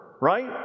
right